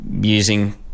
using